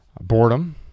boredom